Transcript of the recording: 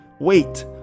Wait